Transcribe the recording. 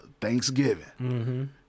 Thanksgiving